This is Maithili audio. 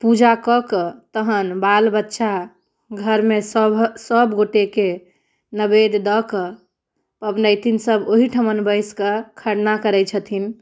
पूजा कऽ कऽ तहन बाल बच्चा घरमे सभह सभगोटेके नैवेद्य दऽ कऽ पबनैतिन सभ ओहीठिमन बैसके खरना करैत छथिन